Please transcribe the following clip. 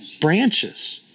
branches